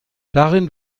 darin